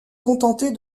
contenter